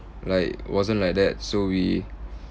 like wasn't like that so we